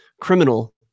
criminal